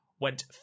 went